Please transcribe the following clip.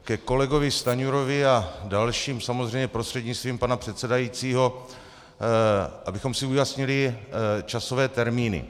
Ke kolegovi Stanjurovi a dalším, samozřejmě prostřednictvím pana předsedajícího, abychom si ujasnili časové termíny.